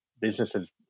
businesses